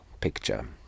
picture